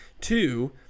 two